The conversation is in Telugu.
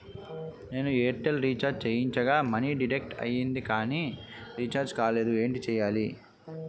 నేను ఎయిర్ టెల్ రీఛార్జ్ చేయించగా మనీ డిడక్ట్ అయ్యింది కానీ రీఛార్జ్ కాలేదు ఏంటి చేయాలి?